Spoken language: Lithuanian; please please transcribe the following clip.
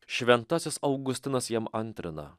šventasis augustinas jam antrina